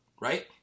right